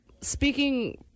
Speaking